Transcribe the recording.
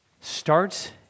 starts